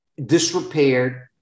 disrepaired